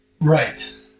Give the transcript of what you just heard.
Right